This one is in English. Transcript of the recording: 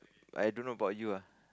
I don't know about you lah